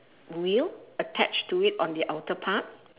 wheel attached to it on the outer part